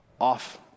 off